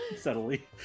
Subtly